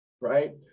right